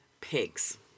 Pigs